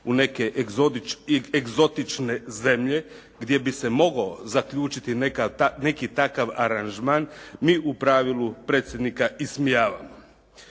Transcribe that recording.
u neke egzotične zemlje gdje bi se mogao zaključiti neki takav aranžman, mi u pravilu Predsjednika ismijavamo.